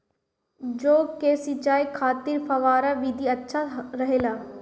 जौ के सिंचाई खातिर फव्वारा विधि अच्छा रहेला?